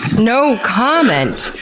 no comment!